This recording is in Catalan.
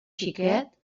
xiquet